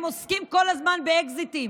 הם עוסקים כל הזמן באקזיטים